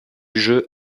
jeu